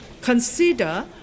consider